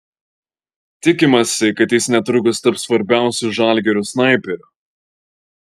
tikimasi kad jis netrukus taps svarbiausiu žalgirio snaiperiu